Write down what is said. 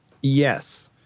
Yes